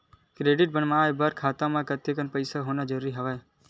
Credit बनवाय बर खाता म कतेकन पईसा होना जरूरी हवय?